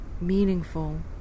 meaningful